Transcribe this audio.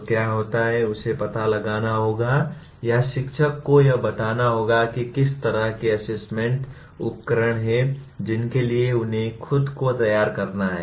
तो क्या होता है उसे पता लगाना होगा या शिक्षक को यह बताना होगा कि किस तरह के असेसमेंट उपकरण हैं जिनके लिए उन्हें खुद को तैयार करना है